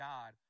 God